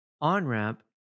on-ramp